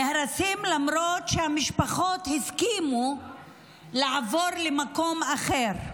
נהרסים למרות שהמשפחות הסכימו לעבור למקום אחר.